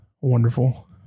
wonderful